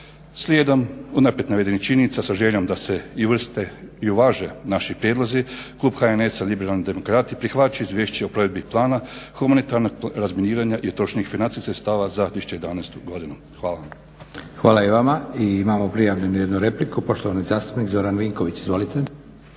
Slijedom naprijed navedenih činjenica sa željom da se i uvrste i uvaže naši prijedlozi klub HNS-a prihvaća Izvješće o provedbi Plana humanitarnog razminiranja i utrošenih financijskih sredstava za 2011. godinu. Hvala. **Leko, Josip (SDP)** Hvala i vama. Imamo prijavljenu jednu repliku. Poštovani zastupnik Zoran Vinković. Izvolite.